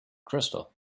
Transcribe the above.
crystal